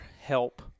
help